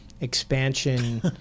expansion